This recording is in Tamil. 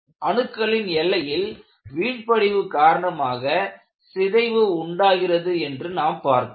அணுக்களின் எல்லையில் வீழ்ப்படிவு காரணமாக சிதைவு உண்டாகிறது என்று நாம் பார்த்தோம்